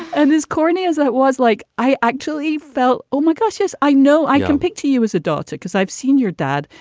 and as corny as that was, like, i actually felt, oh, my gosh, yes, i know i can picture you as a daughter because i've seen your dad.